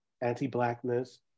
anti-blackness